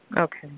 Okay